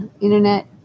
internet